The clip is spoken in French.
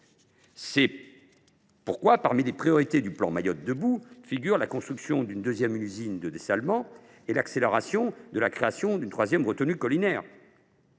C’est pourquoi, parmi les priorités du plan Mayotte debout, figurent la construction d’une deuxième usine de dessalement et l’accélération de la création d’une troisième retenue collinaire.